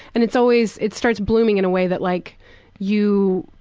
and it's always, it starts blooming in a way that like you,